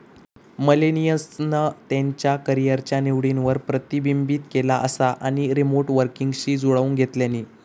मिलेनियल्सना त्यांच्या करीयरच्या निवडींवर प्रतिबिंबित केला असा आणि रीमोट वर्कींगशी जुळवुन घेतल्यानी